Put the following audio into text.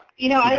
you know